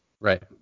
Right